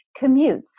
commutes